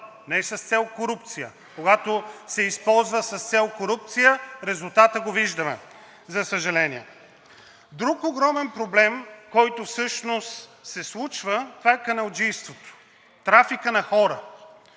не с цел корупция. Когато се използва с цел корупция, резултата го виждаме, за съжаление. Друг огромен проблем, който всъщност се случва, това е каналджийството – трафикът на хора.